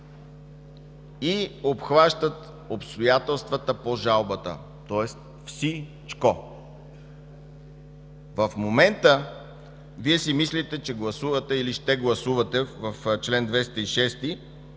и обхващат обстоятелствата по жалбата, тоест всичко. В момента Вие си мислите, че ще гласувате в чл. 206